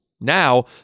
Now